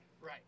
Right